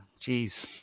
Jeez